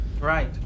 Right